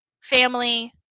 family